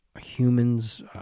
humans